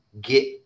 get